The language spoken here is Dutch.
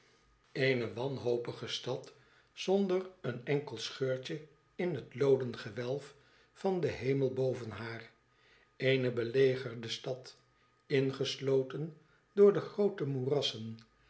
eene wanhopige stad zonder een enkel scheurtje in het looden gewelf van den hemel boven haar eene belegerde stad ingesloten door de groote moerassen